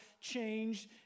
changed